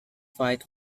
fight